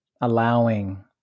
allowing